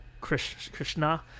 Krishna